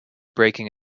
breaking